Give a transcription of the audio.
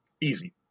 easy